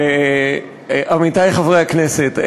עמיתי חברי הכנסת,